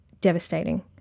devastating